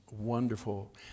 wonderful